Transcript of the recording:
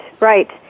right